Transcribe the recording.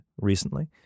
recently